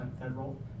federal